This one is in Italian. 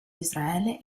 israele